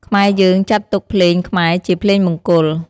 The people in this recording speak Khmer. ខ្មែរយើងចាត់ទុកភ្លេងខ្មែរជាភ្លេងមង្គល។